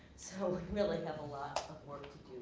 so we really have a lot of work to